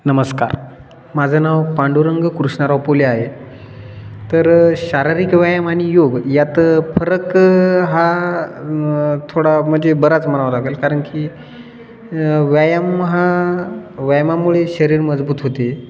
नमस्कार माझं नाव पांडुरंग कृष्णाराव पोले आहे तर शारीरिक व्यायाम आणि योग यात फरक हा थोडा म्हणजे बराच म्हणावं लागेल कारण की व्यायाम हा व्यायामामुळे शरीर मजबूत होते